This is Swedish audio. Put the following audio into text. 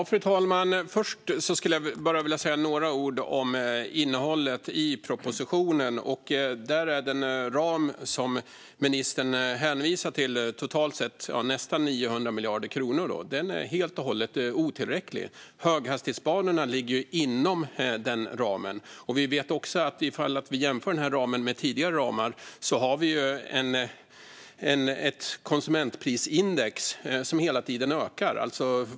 Fru talman! Först skulle jag vilja säga några ord om innehållet i propositionen. Den ram som ministern hänvisar till är totalt sett på nästan 900 miljarder kronor. Den är helt och hållet otillräcklig. Höghastighetsbanorna ligger ju inom den ramen. Vi kan också jämföra denna ram med tidigare ramar. Vi vet att vi har ett konsumentprisindex som hela tiden ökar.